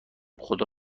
خدا